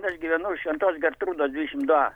aš gyvenu šventos gertrūdos dvidešim du a